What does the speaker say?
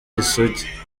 isugi